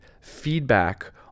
feedback